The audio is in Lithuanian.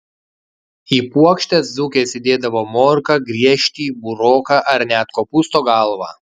į puokštes dzūkės įdėdavo morką griežtį buroką ar net kopūsto galvą